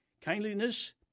kindliness